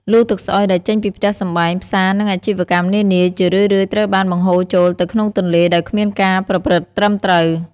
លូទឹកស្អុយដែលចេញពីផ្ទះសម្បែង ផ្សារ និងអាជីវកម្មនានា ជារឿយៗត្រូវបានបង្ហូរចូលទៅក្នុងទន្លេដោយគ្មានការប្រព្រឹត្តកម្មត្រឹមត្រូវ។